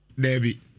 Debbie